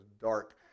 dark